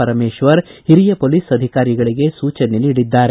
ಪರಮೇಶ್ವರ್ ಹಿರಿಯ ಪೋಲೀಸ್ ಅಧಿಕಾರಿಗಳಿಗೆ ಸೂಚನೆ ನೀಡಿದ್ದಾರೆ